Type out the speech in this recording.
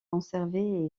conservé